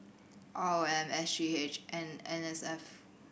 R O M S G H and N S F